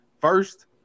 First